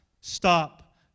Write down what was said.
stop